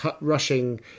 rushing